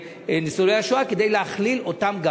לניצולי השואה כדי להכליל גם אותם.